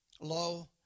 Lo